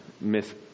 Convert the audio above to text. miss